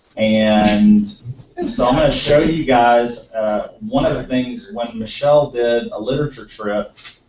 and and so i'm going to show you guys one of the things what michelle did, a literature trip.